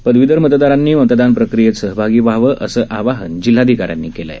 पदवीधर मतदारांनी मतदान प्रक्रियेत सहभागी व्हावं असं आवाहन जिल्हाधिकारी यांनी केलं आहे